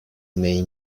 may